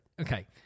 Okay